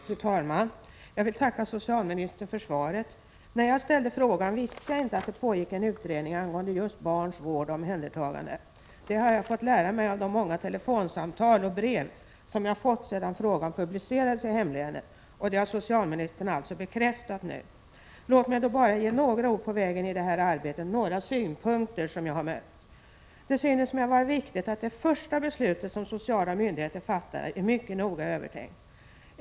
Fru talman! Jag vill tacka socialministern för svaret. När jag ställde frågan visste jag inte att det pågick en utredning angående just barns vård och omhändertagande. Det har jag fått lära mig av de många telefonsamtal och brev som jag fått sedan frågan publicerades i hemlänet. Och det har socialministern alltså bekräftat nu. Låt mig då bara ge några ord på vägen i det här arbetet, några synpunkter som jag mött. Det synes mig vara viktigt att det första beslutet som sociala myndigheter fattar är mycket noga övertänkt.